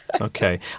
Okay